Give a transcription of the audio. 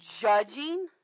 judging